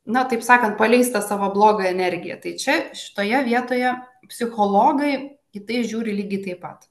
na taip sakant paleistas savo blogą energiją tai čia šitoje vietoje psichologai į tai žiūri lygiai taip pat